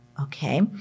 Okay